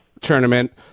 tournament